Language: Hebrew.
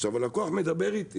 עכשיו, הלקוח מדבר איתי